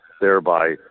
thereby